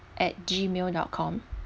at gmail dot com